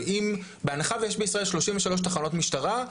בהנחה ויש בישראל 33 תחנות משטרה,